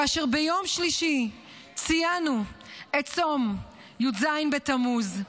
כאשר ביום שלישי ציינו את צום י"ז בתמוז,